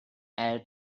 air